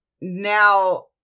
Now